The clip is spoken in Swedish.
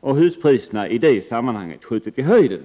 och huspriserna i det sammanhanget skjutit i höjden.